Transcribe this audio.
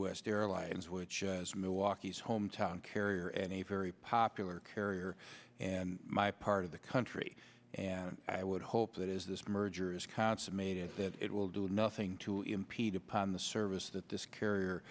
midwest airlines which has milwaukee's hometown carrier and a very popular carrier and my part of the country and i would hope that is this merger is consummated that it will do nothing to impede upon the service that this carrier